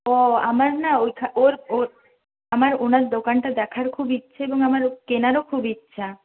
ও আমার না ওইখানে ওর ওর আমার ওনার দোকানটা দেখারও খুব ইচ্ছে এবং আমার কেনারও খুব ইচ্ছা